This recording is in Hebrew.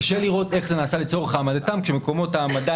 קשה לראות איך זה נעשה "לצורך העמדתם" כשמקומות העמדה